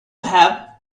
have